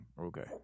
Okay